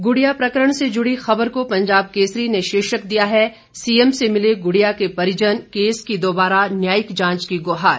गुड़िया प्रकरण से जुड़ी खबर को पंजाब केसरी ने शीर्षक दिया है सीएम से मिले गुड़िया के परिजन केस की दोबारा न्यायिक जांच की गुहार